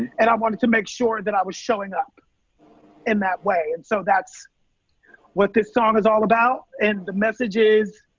and i wanted to make sure that i was showing up in that way. and so that's what this song is all about. and the message is,